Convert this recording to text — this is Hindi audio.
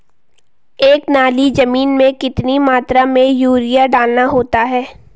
एक नाली जमीन में कितनी मात्रा में यूरिया डालना होता है?